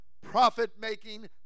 profit-making